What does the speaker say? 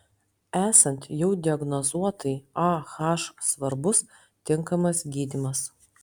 esant jau diagnozuotai ah svarbus tinkamas gydymas